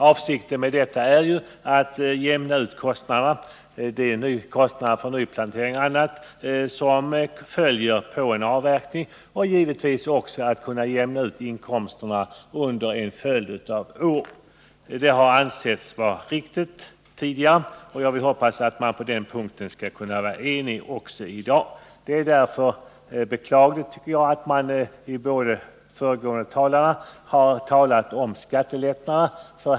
Avsikten med åtgärden är ju att åstadkomma en utjämning av kostnaderna för exempelvis nyplantering efter avverkning och givetvis också för att åstadkomma en utjämning av inkomsterna under en följd av år. Tidigare har alltså riksdagen ansett detta vara riktigt, och jag hoppas att vi på den punkten skall vara eniga också i dag. Därför är det beklagligt att de båda föregående talarna har talat om skattelättnader.